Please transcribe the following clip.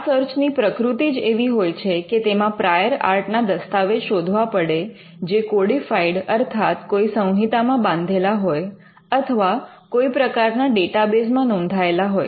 આ સર્ચ ની પ્રકૃતિ જ એવી હોય છે કે તેમાં પ્રાયોર આર્ટ ના દસ્તાવેજ શોધવા પડે જે કોડિફાઇડ્ અર્થાત્ કોઈ સંહિતા માં બાંધેલા હોય અથવા કોઈ પ્રકારના ડેટાબેઝમાં નોંધાયેલા હોય